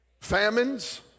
famines